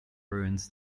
ruins